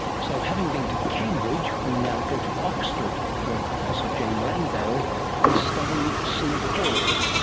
so having been to cambridge we now go to oxford where professor jane langdale is studying c four.